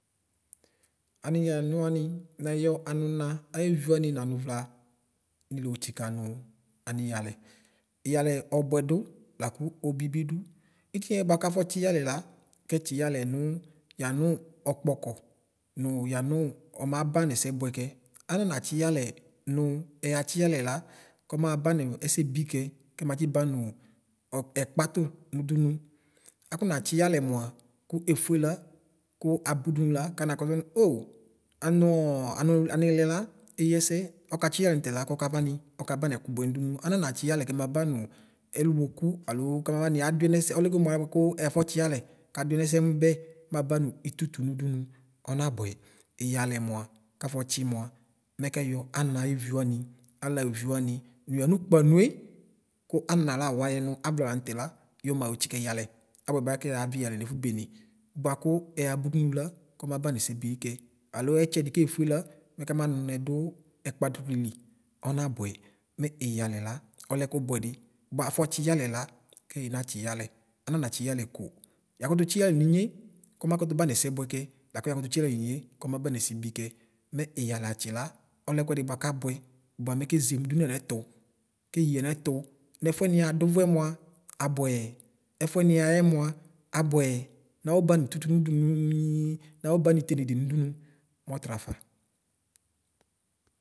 Anʋnye lanʋ wanɩ nayɔ anʋna ayevi ʋranɩ nanʋvlanɩ lotsika anʋ aniyalɛ ɩyalɛ ɔbʋɛ dʋ lakʋ obɩbɩ dʋ itiɛ bʋakʋ afɔtsi ɩyalɛ la kɛtsi ɩyalɛ nʋ yanʋ ɔkpɔkɔ nʋ yanʋ ɔmaba nʋ ɛsɛbʋɛ kɛ ananatsɩ ɩyalɛ nʋ ayatsɩ ɩyalɛ la kɔmaba nʋ ɛsɛbɩ kɛ kɛmatsɩ banʋ ɔɛkpatʋ nʋdʋnʋ akɔnatsɩ ɩyalɛ mʋa kʋ efve la kʋ abʋdʋnʋ la kanakɔbe oo anʋɔ anilɛ la eyɩ ɛsɛ ɔkatsi ɩyalɛ nʋ tɛla kɔkavanɩ ɔkabanʋ ɛkʋ bʋɛ nʋdʋnʋ anatsi ɩyalɛ kɛmabanv ɛlomɔkɔ alo kamarani adʋɛ nɛsɛ ɔlɛ goo mʋ olɛ bʋakʋ ɛyafɔtsi ɩyalɛ kadʋyɛ nɛsɛnʋbɛ mabanʋ ɩfʋfʋ nʋdʋnʋ ɔnabʋɛ ɩyalɛ mʋa kafɔtsi mʋa mɛkɛyɔ ana ayeviwanɩ alayevɩ wanɩ nʋ yamʋ kpanʋe kʋ ana nala awayɛ nʋ avla lanʋ tɛla yɔma yotsikɩyalɛ abʋɛba alɛ kʋ yavi ɩyalɛ nɛfʋbene bʋakʋ ɛyabʋdʋnʋ la kɔbaba nʋ ɛsɛbɩ kɛ alo ɛtsɛdi kefʋe la mɛkama nʋ nɛdʋ ɛkpatʋli ɔnabʋɛ mɛ ɩyalɛ la ɔlɛ ɛkʋ bʋɛdi mafɔtsi ɩyalɛ la kɛyɩ natsɩ ɩyalɛ anatsɩ ɩyalɛ ko yakʋtʋtsi iyalɛ ninye kɔmakt banʋ ɛsɛbʋɛ kɛ mɛ ɩyalɛ atsi la ɔlɛ ɛkʋɛdɩ bʋakabʋɛ bʋamɛ kezemʋ dʋmʋ yamɛtʋ keyɩ yanɛtʋ nɛfʋɛ niyadʋ ʋvʋɛ mʋa abʋɛ ɛfʋɛ niyaxɛ mʋa abʋɛɛ mafɔ bamʋ ɩtʋtʋ nʋdʋnʋ mii nafɔ banʋ ɩtenede nʋdʋnʋ mɔtrafa.